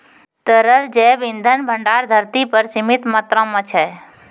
तरल जैव इंधन भंडार धरती पर सीमित मात्रा म छै